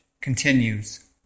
continues